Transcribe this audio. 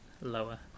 lower